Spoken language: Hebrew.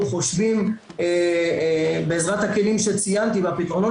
חושבים בעזרת הכלים שציינתי והפתרונות